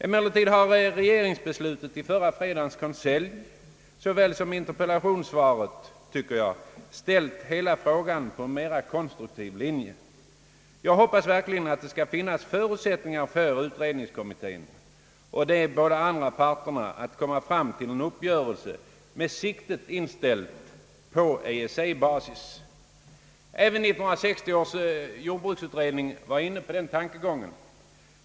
Emellertid har regeringsbeslutet i förra fredagens konselj såväl som interpellationssvaret, tycker jag, ställt hela frågan på en mera konstruktiv linje. Jag hoppas verkligen att det skall finnas förutsättningar för utredningskommittén och de båda andra parterna att komma fram till en uppgörelse med siktet inställt på EEC-basis. Även 1960 års jordbruksutredning var inne på den tankegången.